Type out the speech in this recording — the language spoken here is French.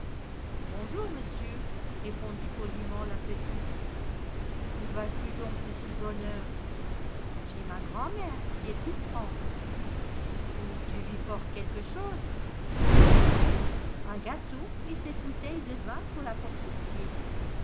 bonjour monsieur répondit poliment la petite où vas-tu donc de si bonne heure chez ma grand'raère qui est souffrante et tu lui portes qnelque chose oui un gâteau et cette bouteille de vin pour la fortifier